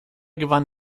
gewann